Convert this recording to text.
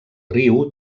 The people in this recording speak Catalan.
riu